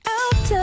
out